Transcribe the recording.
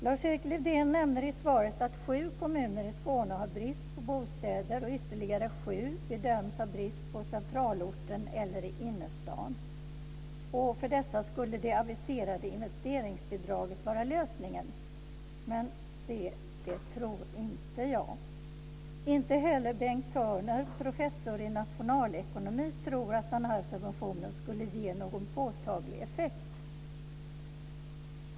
Lars-Erik Lövdén säger i svaret att sju kommuner i Skåne har brist på bostäder och att ytterligare sju bedöms ha brist på centralorten eller i innerstaden. För dessa skulle det aviserade investeringsbidraget vara lösningen. Men se det tror inte jag. Inte heller Bengt Turner, professor i nationalekonomi, tror att den här subventionen skulle ge någon påtaglig effekt.